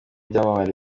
byamamare